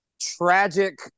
tragic